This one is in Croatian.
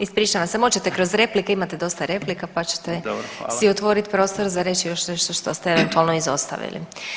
Ispričavam se, moći ćete kroz replike, imate dosta replika pa ćete [[Upadica: Dobro, hvala.]] si otvorit prostor za reći još nešto što ste eventualno izostavili.